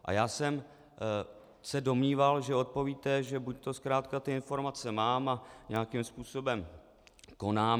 A já jsem se domníval, že odpovíte, že buďto zkrátka ty informace mám a nějakým způsobem konám.